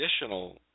additional